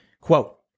quote